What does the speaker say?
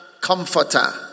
comforter